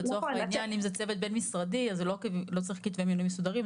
אבל לצורך העניין אם זה צוות בין משרדי אז לא צריך כתבי מינוי מסודרים,